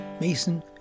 Mason